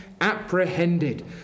apprehended